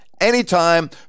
anytime